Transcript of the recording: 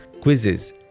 quizzes